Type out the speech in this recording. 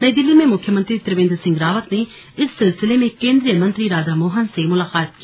नई दिल्ली में मुख्यमंत्री त्रिवेन्द्र सिंह रावत ने इस सिलसिले में केन्द्रीय मंत्री राधामोहन से मुलाकात की